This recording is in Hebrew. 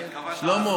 שלמה.